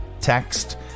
text